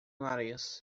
nariz